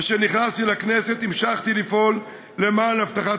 וכשנכנסתי לכנסת המשכתי לפעול למען הבטחת